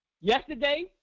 yesterday